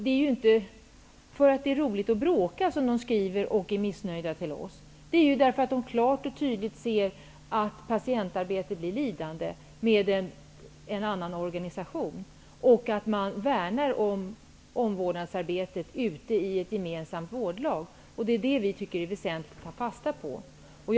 Det är inte för att det är roligt att bråka som de skriver till oss och är missnöjda. Det är därför att de klart och tydligt ser att patientarbetet kommer att bli lidande i en annan organisation och därför att de värnar om omvårdnadsarbetet ute i ett gemensamt vårdlag. Vi tycker att det är väsentligt att ta fasta på det här.